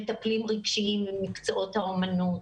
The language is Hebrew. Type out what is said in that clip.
מטפלים רגשיים במקצועות האמנות,